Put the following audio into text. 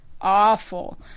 awful